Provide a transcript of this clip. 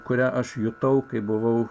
kurią aš jutau kai buvau